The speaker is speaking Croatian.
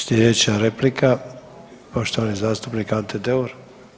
Slijedeća replika poštovani zastupnik Ante Deur.